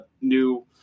new